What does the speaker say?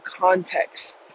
context